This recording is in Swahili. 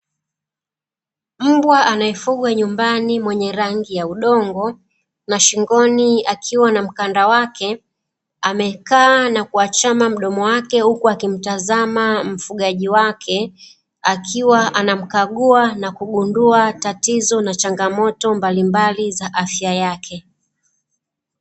Mbwa anayefugwa nyumbani mwenye rangi ya udongo, na shingoni akiwa na mkanda wake, amekaa na kuachama mdomo wake huku akimtazama mfugaji wake, akiwa anamkagua na kugundua tatizo na changamoto mbalimbali za afya yake.